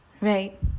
right